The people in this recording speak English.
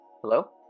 Hello